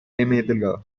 delgado